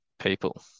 people